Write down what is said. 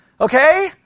Okay